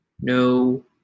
no